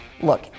look